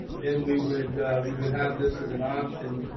then we would we would have this as an option,